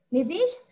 Nidish